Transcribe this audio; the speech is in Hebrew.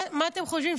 מה אתם חושבים,